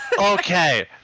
Okay